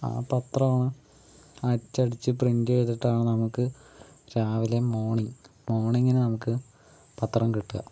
ആ പത്ര ആണ് അച്ചടിച്ച് പ്രിന്റ് ചെയ്തിട്ട് നമുക്ക് രാവിലെ മോർണിംഗ് മോർണിംഗിന് നമുക്ക് പത്രം കിട്ടുക